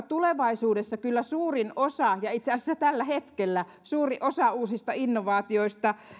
tulevaisuudessa kyllä suurin osa ja itse asiassa jo tällä hetkellä suuri osa uusista innovaatioista